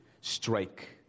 strike